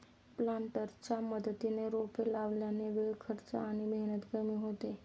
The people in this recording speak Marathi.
प्लांटरच्या मदतीने रोपे लावल्याने वेळ, खर्च आणि मेहनत कमी होते